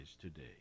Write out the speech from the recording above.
today